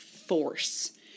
Force